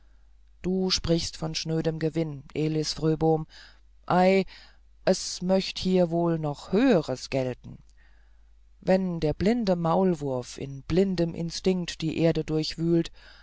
du sprichst von schnödem gewinn elis fröbom ei es möchte hier wohl noch höheres gelten wenn der blinde maulwurf in blindem instinkt die erde durchwühlt